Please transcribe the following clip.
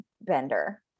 bender